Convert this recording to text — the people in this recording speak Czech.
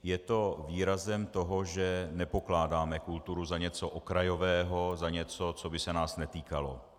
Je to výrazem toho, že nepokládáme kulturu za něco okrajového, za něco, co by se nás netýkalo.